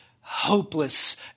hopeless